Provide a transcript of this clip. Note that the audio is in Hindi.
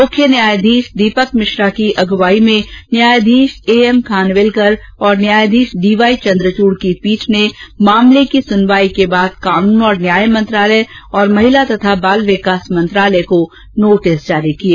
मुख्य न्यायाधीश दीपक मिश्रा की अग्रवाई में न्यायाधीश ए एम खानविलकर और न्यायाधीश डीवाई चन्द्रचूड़ की पीठ ने मामले की सुनवाई के बाद कानून और न्याय मंत्रालय और महिला तथा बाल विकास मंत्रालय को नोटिस जारी किए